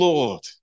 Lord